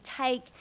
take